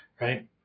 Right